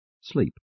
sleep